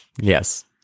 Yes